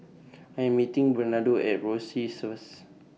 I Am meeting Bernardo At Rosyth First